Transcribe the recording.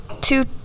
two